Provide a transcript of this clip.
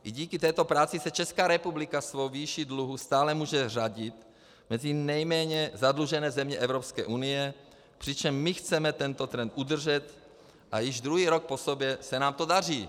I díky této práci se Česká republika svou výší dluhu stále může řadit mezi nejméně zadlužené země Evropské unie, přičemž my chceme tento trend udržet a již druhý rok po sobě se nám to daří.